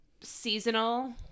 seasonal